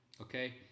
okay